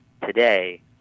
today